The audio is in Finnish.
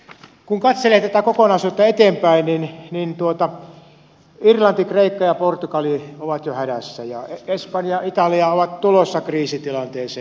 kun katselee tätä kokonaisuutta eteenpäin niin irlanti kreikka ja portugali ovat jo hädässä ja espanja ja italia ovat tulossa kriisitilanteeseen